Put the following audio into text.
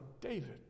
David